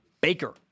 Baker